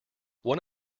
one